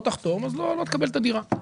לא תחתום לא תקבל את הדירה.